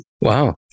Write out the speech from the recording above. Wow